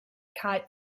kite